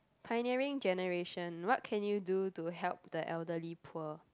pioneering generation what can you do to help the elderly poor